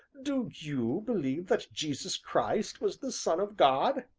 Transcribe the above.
do you believe that jesus christ was the son of god?